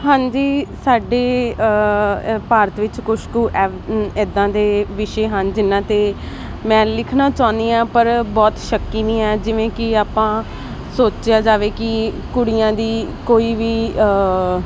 ਹਾਂਜੀ ਸਾਡੇ ਅ ਭਾਰਤ ਵਿੱਚ ਕੁਝ ਕੁ ਇੱਦਾਂ ਦੇ ਵਿਸ਼ੇ ਹਨ ਜਿੰਨਾਂ 'ਤੇ ਮੈਂ ਲਿਖਣਾ ਚਾਹੁੰਦੀ ਹਾਂ ਪਰ ਬਹੁਤ ਸ਼ੱਕੀ ਵੀ ਹੈਂ ਜਿਵੇਂ ਕਿ ਆਪਾਂ ਸੋਚਿਆ ਜਾਵੇ ਕਿ ਕੁੜੀਆਂ ਦੀ ਕੋਈ ਵੀ